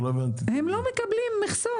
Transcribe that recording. הם לא מקבלים מכסות,